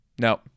No